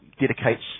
Dedicates